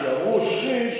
העיקרון הוא,